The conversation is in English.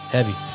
Heavy